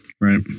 right